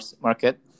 market